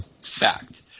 fact